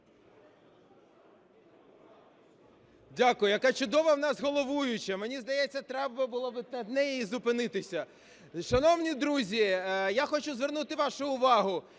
Дякую. Яка чудова в нас головуюча, мені здається треба було би на ній зупинитися. Шановні друзі, я хочу звернути вашу увагу